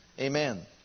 amen